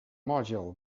module